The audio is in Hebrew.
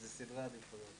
זה סדרי עדיפויות.